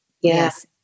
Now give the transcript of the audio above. Yes